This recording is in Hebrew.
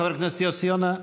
חבר הכנסת יוסי יונה,